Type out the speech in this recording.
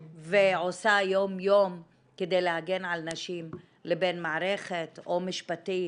ועושה יום יום כדי להגן על נשים לבין מערכת או משפטית